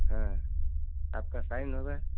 हाँ आपका साइन होगा